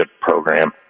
program